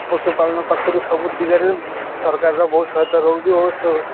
ପଶୁପାଳନ ପାଖରୁ ସବୁ ଦିଗରେ ସରକାରର ବହୁତ ସହାୟତା ରହୁଛି ଓ